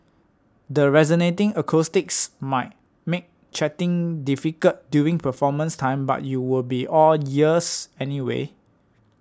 the resonating acoustics might make chatting difficult during performance time but you will be all ears anyway